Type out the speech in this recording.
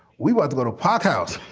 we were a little hothouse